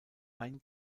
ein